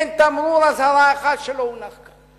אין תמרור אזהרה אחד שלא הונח כאן.